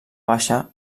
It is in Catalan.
baixa